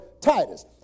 Titus